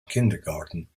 kindergarten